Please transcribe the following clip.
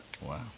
Wow